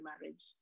marriage